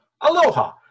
Aloha